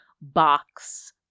box